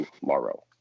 tomorrow